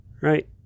Right